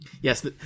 yes